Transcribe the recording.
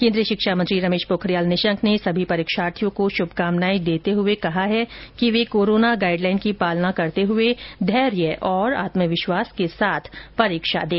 केन्द्रीय शिक्षा मंत्री रमेश पोखरियाल निशंक ने सभी परीक्षार्थियों को शुभकामनाएं देते हुए कहा है कि वे कोरोना गाइड लाइन का पालन करते हुए धैर्य और आत्मविश्वास के साथ परीक्षा दें